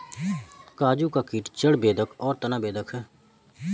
काजू का कीट जड़ बेधक और तना बेधक है